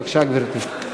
בבקשה, גברתי.